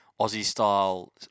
Aussie-style